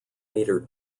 meter